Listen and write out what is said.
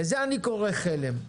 לזה אני קורא חלם.